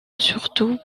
surtout